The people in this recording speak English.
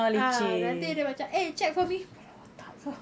ah nanti dia macam eh check for me tak kau